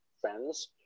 friends